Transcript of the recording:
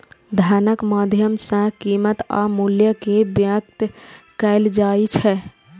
धनक माध्यम सं कीमत आ मूल्य कें व्यक्त कैल जाइ छै